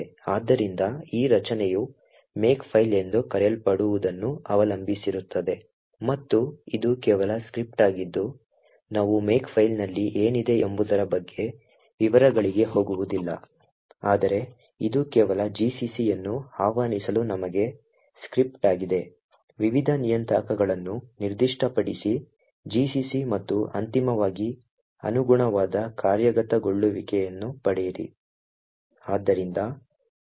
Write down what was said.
ಆದ್ದರಿಂದ ಈ ರಚನೆಯು Makefile ಎಂದು ಕರೆಯಲ್ಪಡುವದನ್ನು ಅವಲಂಬಿಸಿರುತ್ತದೆ ಮತ್ತು ಇದು ಕೇವಲ ಸ್ಕ್ರಿಪ್ಟ್ ಆಗಿದ್ದು ನಾವು Makefile ನಲ್ಲಿ ಏನಿದೆ ಎಂಬುದರ ಬಗ್ಗೆ ವಿವರಗಳಿಗೆ ಹೋಗುವುದಿಲ್ಲ ಆದರೆ ಇದು ಕೇವಲ gcc ಯನ್ನು ಆಹ್ವಾನಿಸಲು ನಮಗೆ ಸ್ಕ್ರಿಪ್ಟ್ ಆಗಿದೆ ವಿವಿಧ ನಿಯತಾಂಕಗಳನ್ನು ನಿರ್ದಿಷ್ಟಪಡಿಸಿ gcc ಮತ್ತು ಅಂತಿಮವಾಗಿ ಅನುಗುಣವಾದ ಕಾರ್ಯಗತಗೊಳ್ಳುವಿಕೆಯನ್ನು ಪಡೆಯಿರಿ